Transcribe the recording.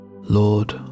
Lord